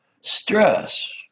stress